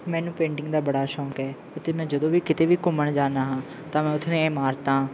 ਮੈਨੂੰ ਪੇਂਟਿੰਗ ਦਾ ਬੜਾ ਸ਼ੌਕ ਹੈ ਅਤੇ ਮੈਂ ਜਦੋਂ ਵੀ ਕਿਤੇ ਵੀ ਘੁੰਮਣ ਜਾਂਦਾ ਹਾਂ ਤਾਂ ਮੈਂ ਉੱਥੇ ਇਮਾਰਤਾਂ